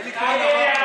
אולי,